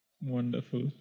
Wonderful